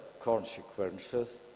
consequences